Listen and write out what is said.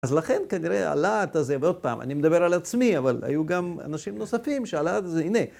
אז לכן כנראה הלהט את הזה, ועוד פעם, אני מדבר על עצמי, אבל היו גם אנשים נוספים שהלהט הזה, הנה.